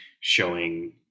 showing